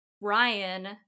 Ryan